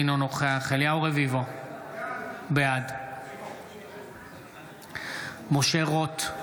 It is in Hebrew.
אינו נוכח אליהו רביבו, בעד משה רוט,